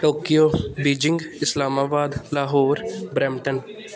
Tokyo Beijing Islamabad Lahore Brampton